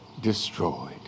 destroyed